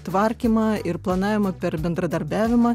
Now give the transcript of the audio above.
tvarkymą ir planavimą per bendradarbiavimą